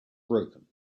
broken